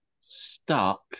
stuck